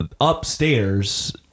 upstairs